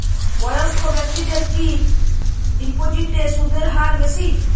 বয়স্ক ব্যেক্তিদের কি ডিপোজিটে সুদের হার বেশি?